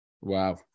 Wow